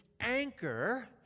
anchor